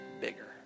bigger